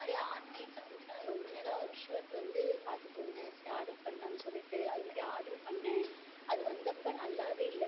இதை மாதிரி ஆன்லைனில் வந்து நான் ரொம்ப நாளாக ஒரு ஷர்ட் வந்து பார்த்துட்டு இருந்தேன் சரி ஆர்டர் பண்ணலான்னு சொல்லிட்டு அதுமாதிரி ஆர்டர் பண்ணேன் அது வந்தப்ப நல்லாவே இல்லை